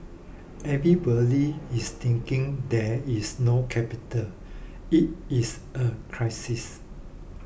everybody is thinking there is no capital it is a crisis